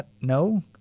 No